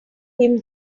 him